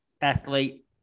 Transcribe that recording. athlete